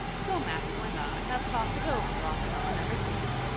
so matthew and i have talked it over off and on ever since.